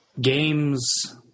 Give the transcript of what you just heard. games